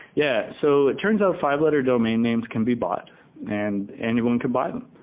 yeah. so it turns out fi ve-letter domain names can be bought and anyone can buy them.